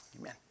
Amen